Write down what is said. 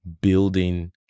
building